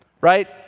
Right